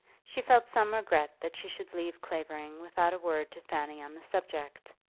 she felt some regret that she should leave clavering without a word to fanny on the subject.